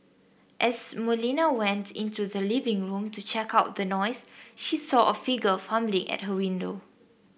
as Molina went into the living room to check out the noise she saw a figure fumbling at her window